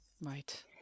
Right